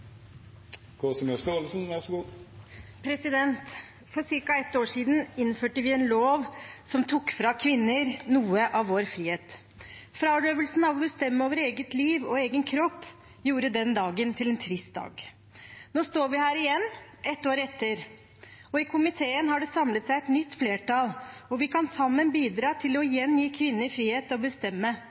For ca. et år siden innførte vi en lov som tok fra kvinner noe av vår frihet. Å frarøves bestemmelse over eget liv og egen kropp gjorde den dagen til en trist dag. Nå står vi her igjen – ett år etter. I komiteen har det samlet seg et nytt flertall, og vi kan sammen bidra til igjen å gi kvinner frihet til å bestemme